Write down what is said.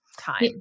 time